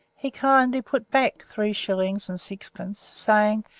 he kindly put back three shillings and sixpence, saying,